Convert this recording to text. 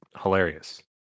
hilarious